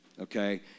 okay